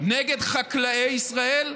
נגד חקלאי ישראל,